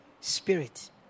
spirit